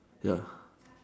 ya